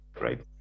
right